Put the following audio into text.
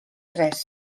tres